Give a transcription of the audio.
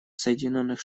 соединенных